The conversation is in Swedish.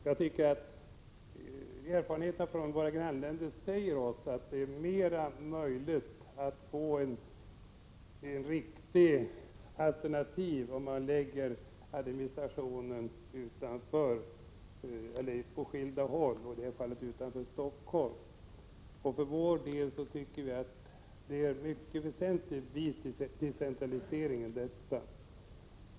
Jag tycker erfarenheterna från våra grannländer säger oss att det är mer möjligt att få ett riktigt alternativ om administrationen läggs i detta fall utanför Stockholm eller på skilda håll. Vi tycker att det är ett mycket väsentligt inslag av decentralisering i detta.